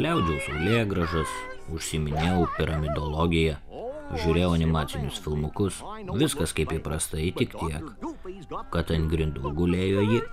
gliaudžiau saulėgrąžas užsiiminėjau piramidologija žiūrėjau animacinius filmukus viskas kaip įprastai tik tiek kad ant grindų gulėjo ji